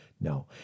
No